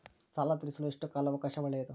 ಸಾಲ ತೇರಿಸಲು ಎಷ್ಟು ಕಾಲ ಅವಕಾಶ ಒಳ್ಳೆಯದು?